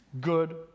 good